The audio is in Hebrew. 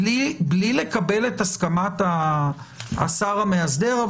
בלי לקבל את הסכמת השר המאסדר?